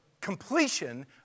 completion